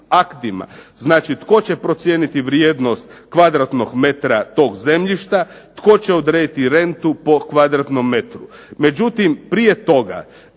aktima. Znači tko će procijeniti vrijednost kvadratnog metra tog zemljišta, tko će odrediti rentu po kvadratnom metru. Međutim, prije toga